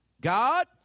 God